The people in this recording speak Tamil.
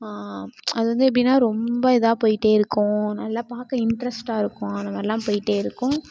அது வந்து எப்படின்னா ரொம்ப இதாக போயிகிட்டே இருக்கும் நல்லா பார்க்க இன்ட்ரஸ்ட்டாக இருக்கும் அந்த மாதிரிலாம் போயிகிட்டே இருக்கும்